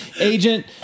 agent